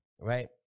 right